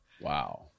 Wow